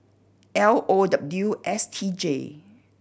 L O W S T J